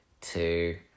two